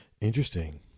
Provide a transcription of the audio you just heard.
Interesting